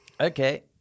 Okay